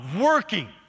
working